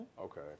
Okay